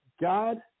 God